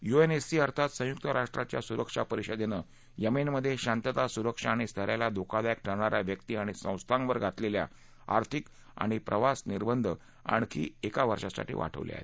UNSC अर्थात संयुक्त राष्ट्राच्या सुरक्षा परिषदेनं येमेनमध्ये शांतता सुरक्षा आणि स्थैर्याला धोकादायक ठरणा या व्यक्ती आणि संस्थांवर घातलेल्या आर्थिक आणि प्रवास निर्बंध आणखी एक वर्षासाठी वाढवले आहे